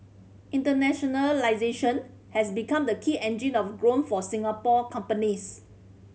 internationalisation has become the key engine of growth for Singapore companies